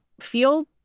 feel